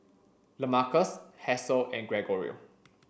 Lamarcus Hasel and Gregorio